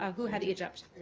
ah who had egypt?